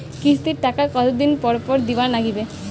কিস্তির টাকা কতোদিন পর পর দিবার নাগিবে?